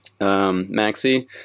Maxi